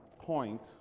point